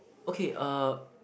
okay uh